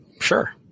Sure